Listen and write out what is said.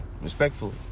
respectfully